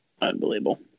unbelievable